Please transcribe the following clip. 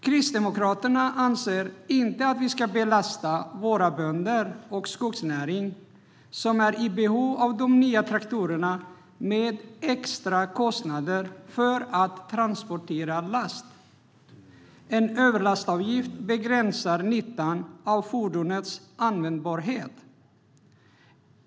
Kristdemokraterna anser inte att vi ska belasta våra bönder och vår skogsnäring, som är i behov av de nya traktorerna, med extra kostnader för att transportera last. En överlastavgift begränsar nyttan av fordonets användbarhet.